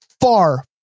far